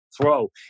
throw